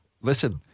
Listen